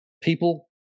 people